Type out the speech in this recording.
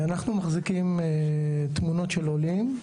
אנחנו מחזיקים תמונות של עולים,